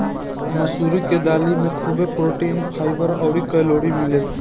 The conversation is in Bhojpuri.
मसूरी के दाली में खुबे प्रोटीन, फाइबर अउरी कैलोरी मिलेला